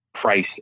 price